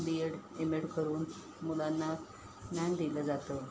बी Ed M Ed करून मुलांना ज्ञान दिलं जातं